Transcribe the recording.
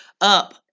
up